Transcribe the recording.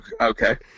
Okay